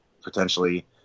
potentially